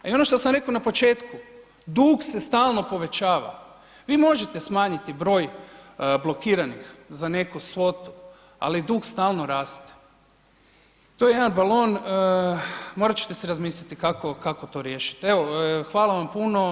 A i ono što sam rekao na početku, dug se stalno povećava, vi možete smanjiti broj blokiranih za neku svotu, ali dug stalno raste, to je jedan balon, morat ćete si razmisliti kako, kako to riješit, evo hvala vam puno.